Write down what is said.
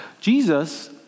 Jesus